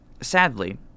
Sadly